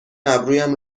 ابرویم